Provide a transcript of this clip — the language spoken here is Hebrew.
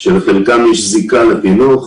שלחלקם יש זיקה לחינוך.